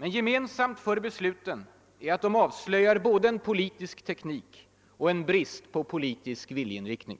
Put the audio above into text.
Men gemensamt för besluten är att de avslöjar både en politisk teknik och en brist på politisk viljeinriktning.